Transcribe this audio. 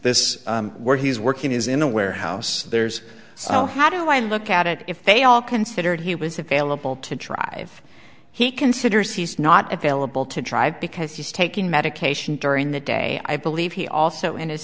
this where he's working is in a warehouse there's so how do i look at it if they all considered he was available to drive he considers he's not available to drive because he's taking medication during the day i believe he also in his